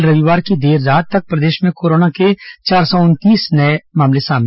कल रविवार की देर रात तक प्रदेश में कोरोना के चार सौ उनतीस नये मरीज मिले